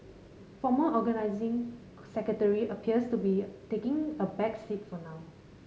former Organising Secretary appears to be taking a back seat for now